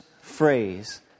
phrase